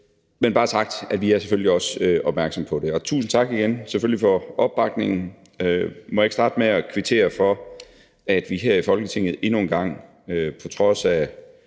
for at sige, at vi selvfølgelig også er opmærksomme på det. Tusind tak igen, selvfølgelig, for opbakningen. Må jeg ikke starte med at kvittere for, at vi her i Folketinget endnu en gang – på trods af